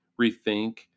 Rethink